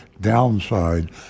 downside